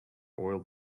oil